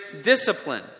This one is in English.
discipline